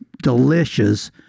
delicious